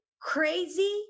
crazy